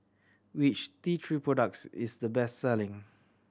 which T Three products is the best selling